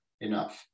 enough